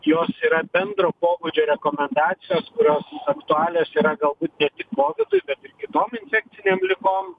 jos yra bendro pobūdžio rekomendacijos kurios aktualios yra galbūt ne tik kovidui bet ir kitom infekcinėm ligom